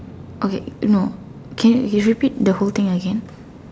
okay no can you you repeat the whole thing again